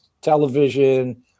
television